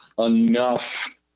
enough